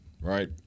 Right